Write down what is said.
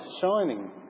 shining